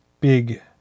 big